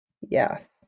Yes